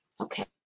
Okay